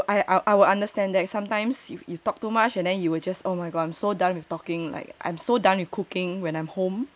I I will understand that sometimes you you talk too much and then you will just oh my god I'm so done with talking like I'm so done with cooking when I'm home